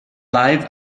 live